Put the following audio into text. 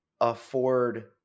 afford